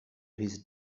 his